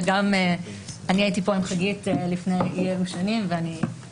גם אני הייתי פה עם חגית לפני אי אלו שנים ואכן